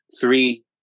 three